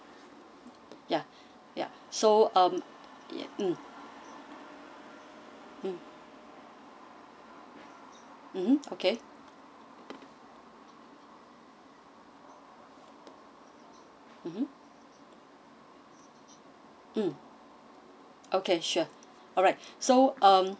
ya ya so um ya mm mmhmm okay mmhmm mm okay sure alright so um